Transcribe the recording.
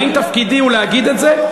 ואם תפקידי הוא להגיד את זה,